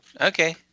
okay